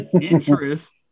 Interest